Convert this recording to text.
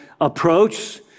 approach